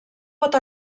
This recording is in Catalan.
pot